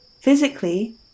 Physically